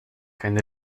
kein